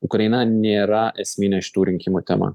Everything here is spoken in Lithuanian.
ukraina nėra esminė šitų rinkimų tema